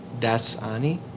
dasani?